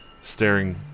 staring